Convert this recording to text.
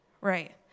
Right